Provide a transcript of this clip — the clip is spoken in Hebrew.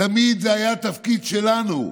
תמיד זה היה התפקיד שלנו.